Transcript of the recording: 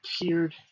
appeared